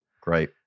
Great